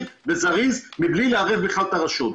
במהירות ובזריזות בלי בכלל לערב את הרשות.